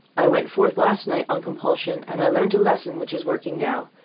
i went forth last night on compulsion, and i learnt a lesson which is working now.